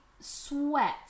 Sweat